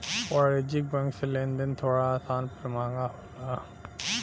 वाणिज्यिक बैंक से लेन देन थोड़ा आसान पर महंगा होला